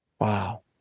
Wow